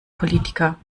politiker